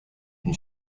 une